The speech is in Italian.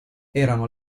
erano